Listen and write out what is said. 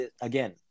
again